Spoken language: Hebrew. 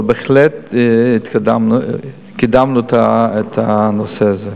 אבל בהחלט קידמנו את הנושא הזה.